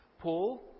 Paul